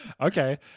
okay